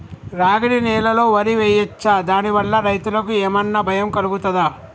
రాగడి నేలలో వరి వేయచ్చా దాని వల్ల రైతులకు ఏమన్నా భయం కలుగుతదా?